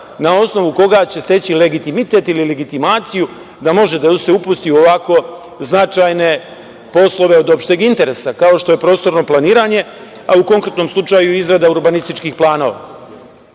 na osnovu na koga će steći legitimitet ili legitimaciju da može da se upusti u ovako značajne poslove od opšteg interesa, kao što je prostorno planiranje, a u konkretnom slučaju izrada urbanističkih planova. Naravno,